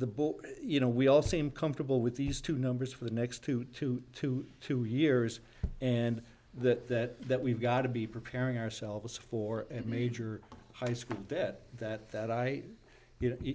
the book you know we all seem comfortable with these two numbers for the next two to two two years and that that we've got to be preparing ourselves for at major high school that that that i you